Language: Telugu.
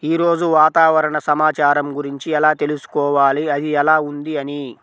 ఈరోజు వాతావరణ సమాచారం గురించి ఎలా తెలుసుకోవాలి అది ఎలా ఉంది అని?